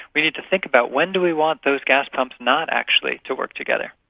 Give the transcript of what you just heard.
we need to think about when do we want those gas pumps not actually to work together.